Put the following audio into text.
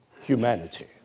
humanity